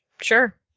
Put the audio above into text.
Sure